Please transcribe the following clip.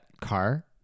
car